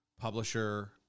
publisher